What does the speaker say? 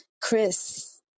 Chris